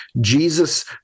Jesus